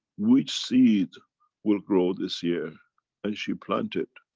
which seed will grow this year and she planted.